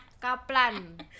Kaplan